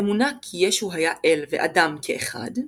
האמונה כי ישו היה אל ואדם כאחד.